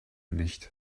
nicht